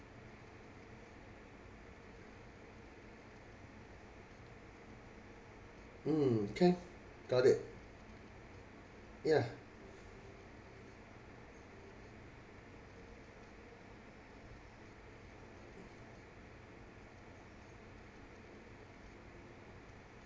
mm can got it yeah